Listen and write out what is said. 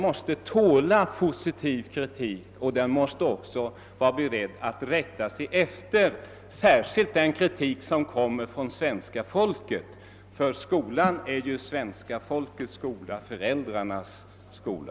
måste tåla en positiv kritik och den måste vara beredd att rätta sig efter den kritik som framförs, i synnerhet från svenska folket. Skolan är ju svenska folkets skola, och inte minst föräldrarnas skola.